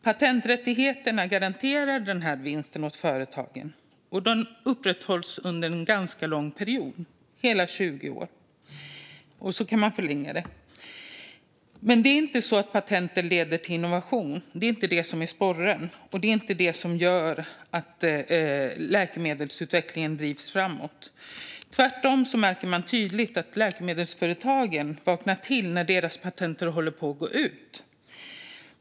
Patenträttigheterna garanterar vinsten åt företagen, och de upprätthålls under en ganska lång period - hela 20 år. Man kan också förlänga dem. Men patenten leder inte till innovation; det är inte det som är sporren. Det är inte det som gör att läkemedelsutvecklingen drivs framåt. Tvärtom märker man tydligt att läkemedelsföretagen vaknar till när deras patent håller på att gå ut.